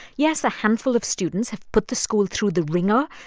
yes, a handful of students have put the school through the ringer,